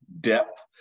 depth